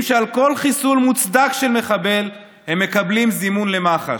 שעל כל חיסול מוצדק של מחבל הם מקבלים זימון למח"ש?